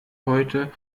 heute